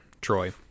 Troy